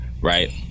right